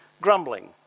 Grumbling